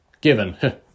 given